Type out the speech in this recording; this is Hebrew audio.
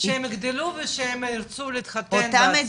שהם יגדלו ושהם ירצו להתחתן בעצמם.